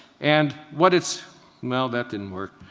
and what it's no, that didn't work.